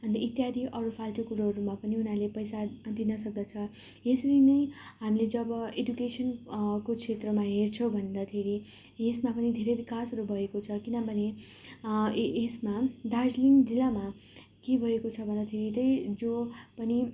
अनि इत्यादि अरू फाल्टु कुरोहरूमा पनि उनीहरूले पैसा दिनसक्दछ यसरी नै हामीले जब एडुकेसन को क्षेत्रमा हेर्छौँ भन्दाखेरि यसमा पनि धेरै विकासहरू भएको छ किनभने य यसमा दार्जिलिङ जिल्लामा के भएको छ भन्दाखेरि त्यो जो पनि